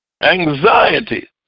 Anxiety